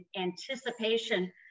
anticipation